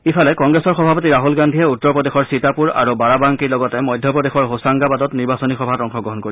ইফালে কংগ্ৰেছৰ সভাপতি ৰাহুল গান্ধীয়ে উত্তৰ প্ৰদেশৰ চিতাপুৰ আৰু বাৰাবাংকিৰ লগতে মধ্যপ্ৰদেশৰ হোচাংগাবাদত নিৰ্বাচনী সভাত অংশগ্ৰহণ কৰিব